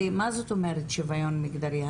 הרי מה זאת אומרת שוויון מגדרי?